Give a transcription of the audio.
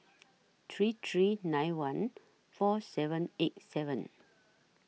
three three nine one four seven eight seven